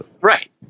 Right